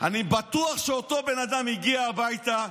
אני בטוח שאותו בן אדם הגיע הביתה,